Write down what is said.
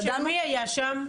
מי היה שם?